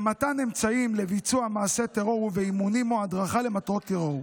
במתן אמצעים לביצוע מעשה טרור ובאימונים או הדרכה למטרות טרור.